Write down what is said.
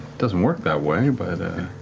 doesn't work that way, but